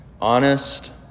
honest